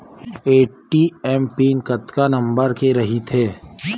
ATM PIN कतका number के रही थे?